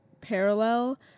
parallel